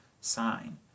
sign